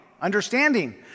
understanding